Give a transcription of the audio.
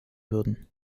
würden